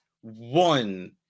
one –